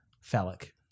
phallic